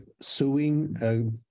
suing